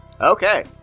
Okay